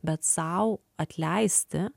bet sau atleisti